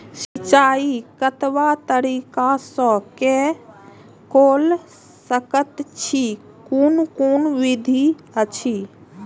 सिंचाई कतवा तरीका स के कैल सकैत छी कून कून विधि अछि?